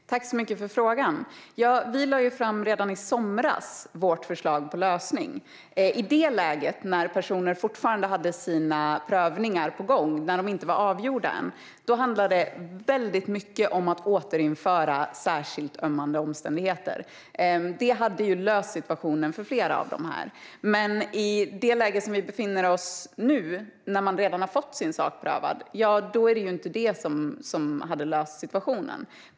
Herr talman! Tack, Paula Bieler, för frågan! Vi lade redan i somras fram vårt förslag till lösning. I det läget, när dessa personers prövningar ännu inte var avgjorda, handlade det främst om att återinföra begreppet "särskilt ömmande omständigheter". Det hade löst situationen för flera av dem. I det läge där vi befinner oss nu, där de redan har fått sin sak prövad, är det dock inte detta som kan lösa situationen.